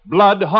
Blood